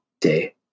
day